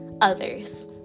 others